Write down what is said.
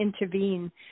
intervene